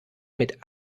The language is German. mit